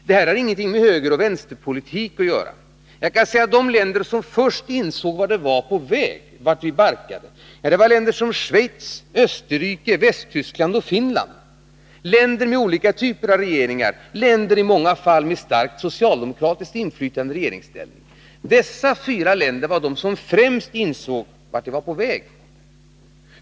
Detta har ingenting med högeroch vänsterpolitik att göra. De länder som först insåg vart det barkade var länder som Schweiz, Österrike, Västtyskland och Finland, länder med olika typer av regeringar, i många fall med stort socialistiskt inflytande i regeringsställning. De fyra nämnda länderna var alltså de som främst insåg vart vi var på väg.